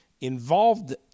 involved